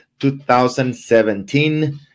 2017